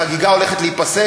החגיגה הולכת להיפסק.